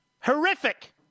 horrific